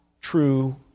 true